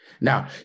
Now